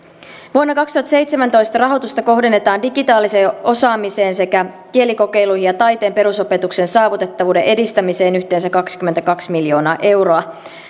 vuonna kaksituhattaseitsemäntoista rahoitusta kohdennetaan digitaaliseen osaamiseen sekä kielikokeiluihin ja taiteen perusopetuksen saavutettavuuden edistämiseen yhteensä kaksikymmentäkaksi miljoonaa euroa